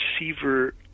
receiver